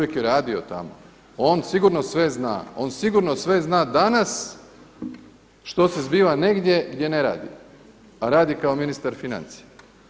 Čovjek je radio tamo, on sigurno sve zna, on sigurno sve zna danas što se zbiva negdje gdje ne radi, a radi kao ministar financija.